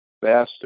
faster